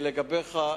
לגביך,